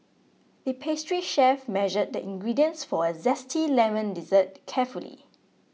the pastry chef measured the ingredients for a Zesty Lemon Dessert carefully